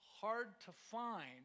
hard-to-find